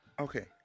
Okay